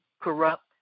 corrupt